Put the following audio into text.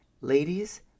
Ladies